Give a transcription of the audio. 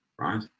right